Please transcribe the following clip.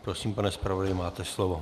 Prosím, pane zpravodaji, máte slovo.